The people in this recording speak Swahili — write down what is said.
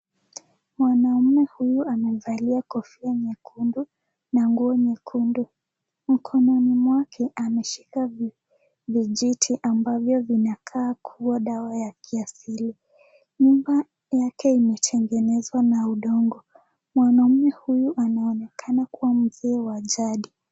Mwanaume huyu amevalia kofia nyekundu na nguo nyekundu mkononi mwake ameshika vijiti ambavyo vinakaa kuwa dawa ya kiasili. Nyumba yake imetengenezwa na udongo mwanaume huyu anaonekana kuwa mzee wa jadi.